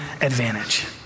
advantage